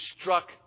struck